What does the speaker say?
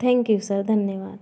thank you sir धन्यवाद